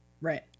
Right